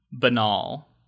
banal